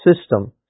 system